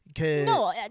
No